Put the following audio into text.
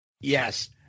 Yes